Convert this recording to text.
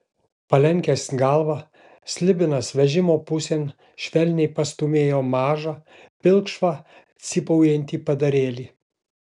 palenkęs galvą slibinas vežimo pusėn švelniai pastūmėjo mažą pilkšvą cypaujantį padarėlį